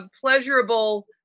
pleasurable